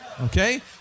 Okay